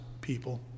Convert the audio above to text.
people